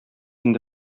инде